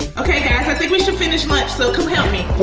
okay guys i think we should finish lunch so come help me. well